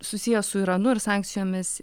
susiję su iranu ir sankcijomis